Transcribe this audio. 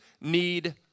need